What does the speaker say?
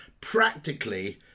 practically